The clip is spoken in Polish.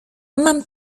mam